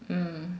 mm